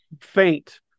faint